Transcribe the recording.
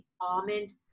almond